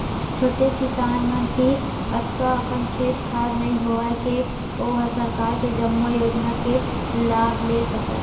छोटे किसान मन तीर अतका अकन खेत खार नइ होवय के ओ ह सरकार के जम्मो योजना के लाभ ले सकय